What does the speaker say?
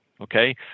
Okay